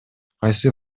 кайсы